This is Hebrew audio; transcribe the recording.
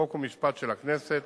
חוק ומשפט של הכנסת